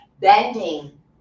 bending